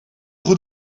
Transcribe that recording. goed